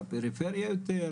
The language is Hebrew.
בפריפריה יותר?